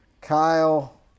Kyle